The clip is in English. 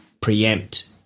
preempt